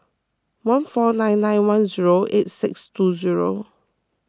one four nine nine one zero eight six two zero